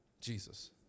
Jesus